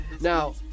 now